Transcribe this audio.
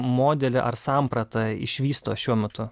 modelį ar sampratą išvysto šiuo metu